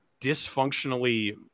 dysfunctionally